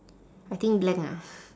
I think blank ah